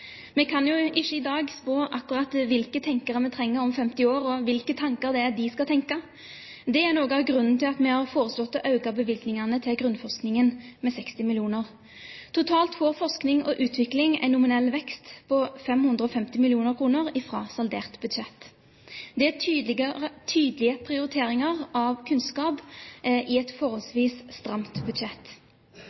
Vi kan ikke i dag spå akkurat hvilke tenkere vi trenger om 50 år, og hvilke tanker de skal tenke. Det er noe av grunnen til at vi har foreslått å øke bevilgningene til grunnforskningen med 60 mill. kr. Totalt får forskning og utvikling en nominell vekst på 550 mill. kr fra saldert budsjett. Det er tydelige prioriteringer av kunnskap i et forholdsvis stramt budsjett.